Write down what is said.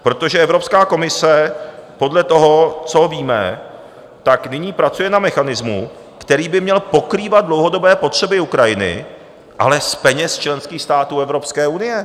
Protože Evropská komise podle toho, co víme, nyní pracuje na mechanismu, který by měl pokrývat dlouhodobé potřeby Ukrajiny, ale z peněz členských států Evropské unie.